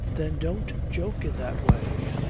then don't joke in that way.